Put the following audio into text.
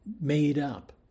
made-up